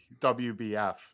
WBF